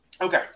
Okay